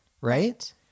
Right